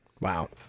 Wow